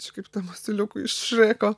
čia kaip tam asiliukui šreko